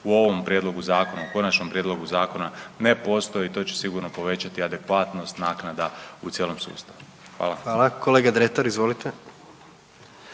u konačnom prijedlogu zakona ne postoji, to će sigurno povećati adekvatnost naknada u cijelom sustavu. Hvala. **Jandroković, Gordan